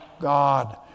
God